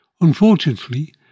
Unfortunately